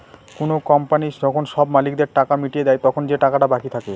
কোনো কোম্পানি যখন সব মালিকদের টাকা মিটিয়ে দেয়, তখন যে টাকাটা বাকি থাকে